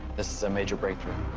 this is a major breakthrough.